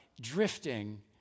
drifting